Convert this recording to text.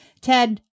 Ted